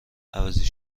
عوضی